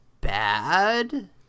bad